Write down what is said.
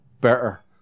better